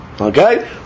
Okay